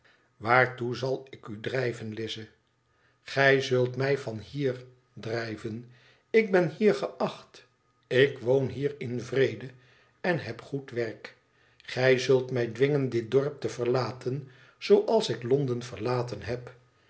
waartoe zal ik u drijven lize gij zult mij van hier drijven ik ben hier geacht ik woon hier in vrede en heb goed werk gij zult mij dwingen dit dorp te verlaten zooals ik londen verlaten heb